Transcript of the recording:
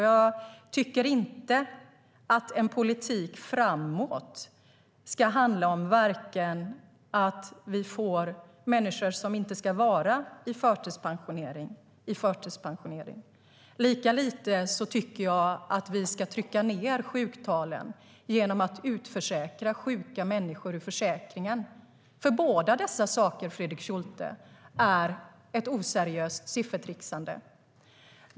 Jag tycker inte att en politik framåt ska handla om att vi får människor i förtidspensionering som inte ska vara där. Lika lite tycker jag att vi ska trycka ned sjuktalen genom att utförsäkra sjuka människor ur försäkringen. Båda dessa saker, Fredrik Schulte, är ett oseriöst siffertrixande.